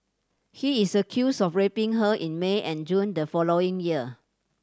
he is accused of raping her in May and June the following year